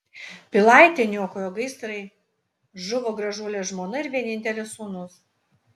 pilaitę niokojo gaisrai žuvo gražuolė žmona ir vienintelis sūnus